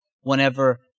whenever